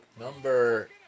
number